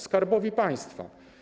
Skarbowi Państwa.